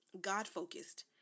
God-focused